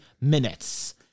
minutes